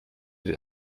den